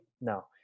No